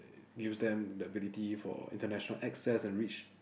uh use them the ability for international access and reach